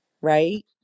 right